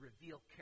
reveal